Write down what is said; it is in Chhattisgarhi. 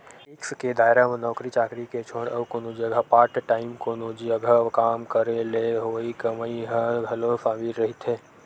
टेक्स के दायरा म नौकरी चाकरी के छोड़ अउ कोनो जघा पार्ट टाइम कोनो जघा काम करे ले होवई कमई ह घलो सामिल रहिथे